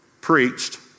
preached